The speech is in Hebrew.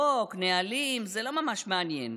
חוק, נהלים, זה לא ממש מעניין.